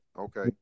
Okay